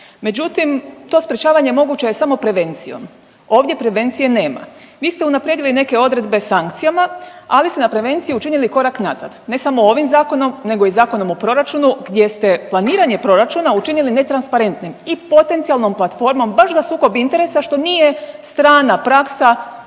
Međutim, to sprječavanje moguće je samo prevencijom, ovdje prevencije nema. Vi ste unaprijedili neke odredbe sankcijama, ali ste na prevencije učinili korak nazad, ne samo ovim zakonom, nego i Zakonom o proračunu gdje ste planiranje proračuna učinili netransparentnim i potencionalnom platformom baš za sukob interesa, što nije strana praksa